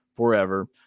Forever